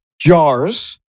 jars